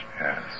Yes